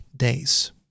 Days